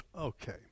Okay